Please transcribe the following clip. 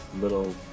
little